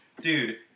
dude